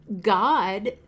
God